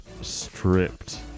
Stripped